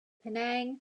penang